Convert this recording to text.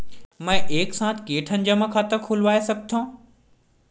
मैं एक साथ के ठन जमा खाता खुलवाय सकथव?